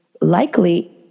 likely